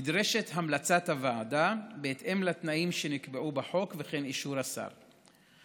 נדרשת המלצת הוועדה בהתאם לתנאים שנקבעו בחוק וכן אישור השר.